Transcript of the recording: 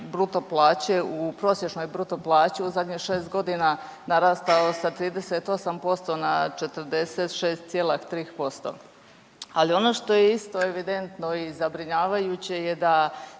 bruto plaće u prosječnoj bruto plaću u zadnjih 6 godina narastao sa 38% na 46,3%. Ali, ono što je isto evidentno i zabrinjavajuće je da